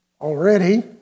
already